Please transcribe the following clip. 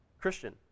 Christian